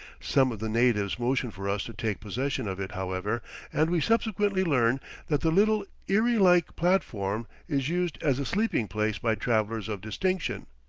some of the natives motion for us to take possession of it, however and we subsequently learn that the little eyrie-like platform is used as a sleeping-place by travellers of distinction.